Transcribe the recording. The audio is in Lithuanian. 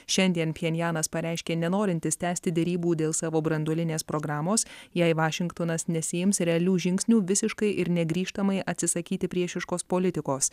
šiandien pchenjanas pareiškė nenorintis tęsti derybų dėl savo branduolinės programos jei vašingtonas nesiims realių žingsnių visiškai ir negrįžtamai atsisakyti priešiškos politikos